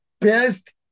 best